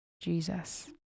Jesus